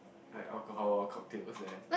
like alcohol cocktails there